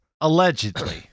Allegedly